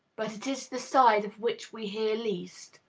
but it is the side of which we hear least.